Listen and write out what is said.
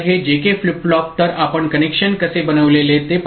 तर हे JK flip flop तर आपण कनेक्शन कसे बनविलेले ते पाहिले